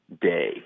day